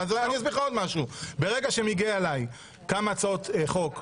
ואני אסביר לך עוד משהו: ברגע שמגיעות אליי כמה הצעות חוק מהאופוזיציה,